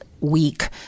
week